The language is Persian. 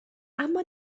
اما